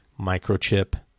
microchip